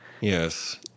Yes